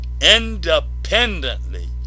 independently